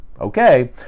okay